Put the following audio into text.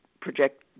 project